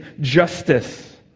justice